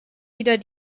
wieder